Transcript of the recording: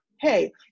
hey